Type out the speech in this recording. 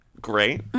Great